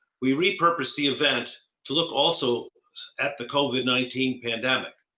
we repurposed the event to look also at the covid nineteen pandemic,